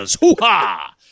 hoo-ha